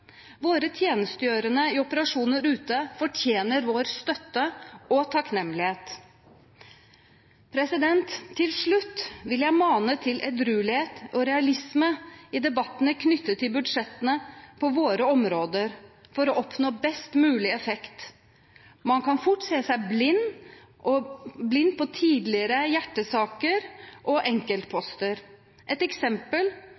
Våre tjenestegjørende i operasjoner ute fortjener vår støtte og takknemlighet. Til slutt vil jeg mane til edruelighet og realisme i debattene knyttet til budsjettene på våre områder, for å oppnå best mulig effekt. Man kan fort se seg blind på tidligere hjertesaker og enkeltposter. Et eksempel